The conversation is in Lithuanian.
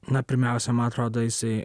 na pirmiausia man atrodo jisai